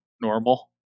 normal